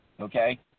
okay